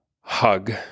hug